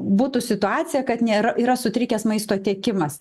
būtų situacija kad nėra yra sutrikęs maisto tiekimas